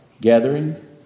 gathering